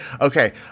Okay